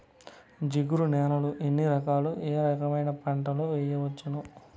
జిగురు నేలలు ఎన్ని రకాలు ఏ రకమైన పంటలు వేయవచ్చును?